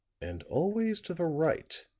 and always to the right,